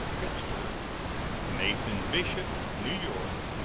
pittsburg nathan bishop, new york,